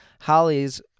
Holly's